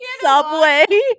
subway